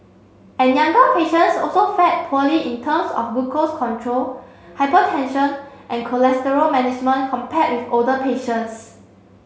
and younger patients also fared poorly in terms of glucose control hypertension and cholesterol management compared with older patients